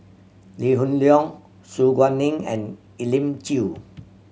Lee Hoon Leong Su Guaning and Elim Chew